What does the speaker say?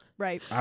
right